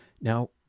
Now